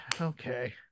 okay